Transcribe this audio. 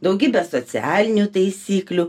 daugybę socialinių taisyklių